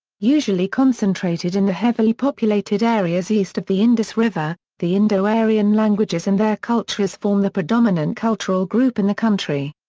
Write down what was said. usually concentrated in the heavily populated areas east of the indus river, the indo-aryan languages and their cultures form the predominant cultural group in the country.